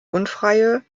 unfreie